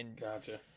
Gotcha